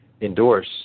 endorse